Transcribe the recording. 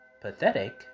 pathetic